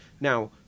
Now